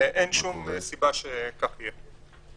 אין שום סיבה שכך יהיה.